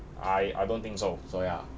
I I don't think so so ya